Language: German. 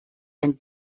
ein